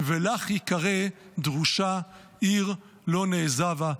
ולך יִקָּרֵא דרושה עיר לא נעזבה".